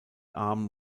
arm